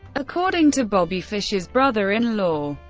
according to bobby fischer's brother-in-law,